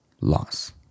loss